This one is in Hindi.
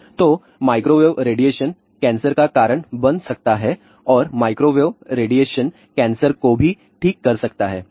तो माइक्रोवेव रेडिएशन कैंसर का कारण बन सकता है और माइक्रोवेव रेडिएशन कैंसर को भी ठीक कर सकता है